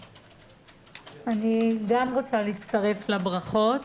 אני גם רוצה להצטרף לברכות.